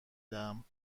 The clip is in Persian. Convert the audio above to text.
دهم